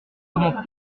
comment